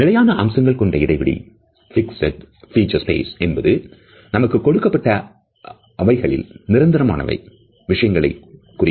நிலையான அம்சங்கள் கொண்ட இடைவெளி fixed feature space என்பது நமக்கு கொடுக்கப் அவைகளில் நிரந்தரமானவை விஷயங்களை குறிக்கும்